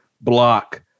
block